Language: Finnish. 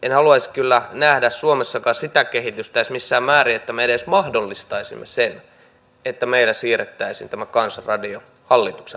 en haluaisi kyllä nähdä suomessakaan sitä kehitystä missään määrin että me edes mahdollistaisimme sen että meillä siirrettäisiin tämä kansan radio hallituksen radioksi